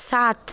সাত